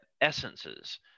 essences